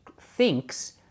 thinks